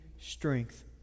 strength